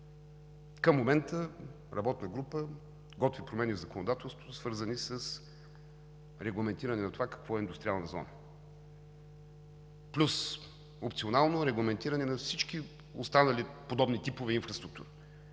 Към момента работна група готви промени в законодателството, свързани с регламентиране на това какво е индустриална зона, плюс опционално регламентиране на всички останали подобни типове инфраструктури